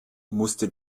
musste